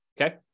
Okay